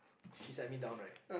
she sat me down right